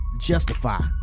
justify